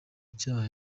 icyaha